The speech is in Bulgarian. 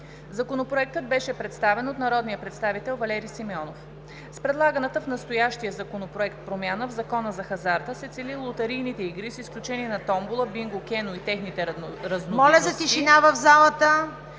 Законопроектът беше представен от народния представител Валери Симеонов. С предлаганата в настоящия законопроект промяна в Закона за хазарта се цели лотарийните игри, с изключение на томбола, бинго, кено и техните разновидности...